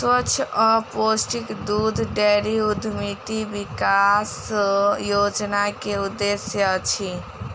स्वच्छ आ पौष्टिक दूध डेयरी उद्यमिता विकास योजना के उद्देश्य अछि